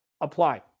apply